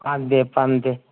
ꯀꯥꯟꯗꯦ ꯄꯥꯝꯗꯦ